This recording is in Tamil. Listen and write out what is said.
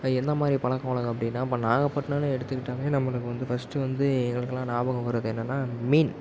அது என்ன மாதிரி பழக்க வழக்கம் அப்படினா இப்போ நாகப்பட்டினம்னு எடுத்துக்கிட்டாவே நம்மளுக்கு வந்து ஃபர்ஸ்டு வந்தே எங்களுக்கெலாம் ஞாபகம் வரது என்னெனா மீன்